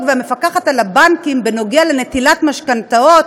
והמפקחת על הבנקים בנוגע לנטילת משכנתאות